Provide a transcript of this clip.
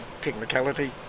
technicality